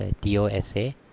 D-O-S-A